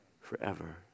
forever